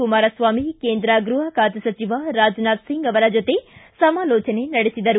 ಕುಮಾರಸ್ವಾಮಿ ಕೇಂದ್ರ ಗೃಹ ಖಾತೆ ಸಚಿವ ರಾಜ್ನಾಥ್ ಸಿಂಗ್ ಅವರ ಜೊತೆ ಸಮಾಲೋಚನೆ ನಡೆಸಿದರು